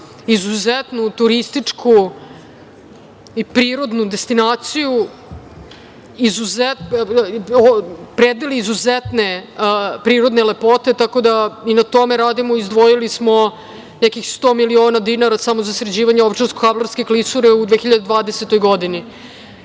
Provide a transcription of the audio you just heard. izuzetnu turističku i prirodnu destinaciju, predeo izuzetne prirodne lepote. Tako da i na tome radimo. Izdvojili smo 100 miliona dinara samo za sređivanje Ovčarsko-Kablarske klisure u 2020. godini. Osim